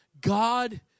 God